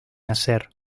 nacer